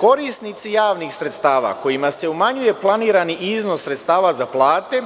Korisnici javnih sredstava kojima se umanjuje planirani iznos sredstava za plate